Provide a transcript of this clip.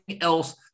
else